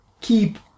keep